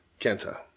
Kenta